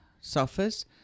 suffers